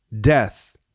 Death